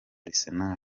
arsenal